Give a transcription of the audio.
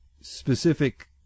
specific